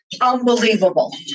unbelievable